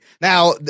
Now